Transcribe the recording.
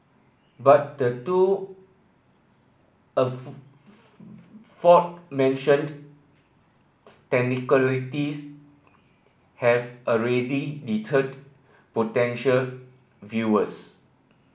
but the two aforementioned technicalities have already deterred potential viewers